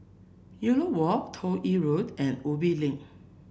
Elliot Walk Toh Yi Road and Ubi Link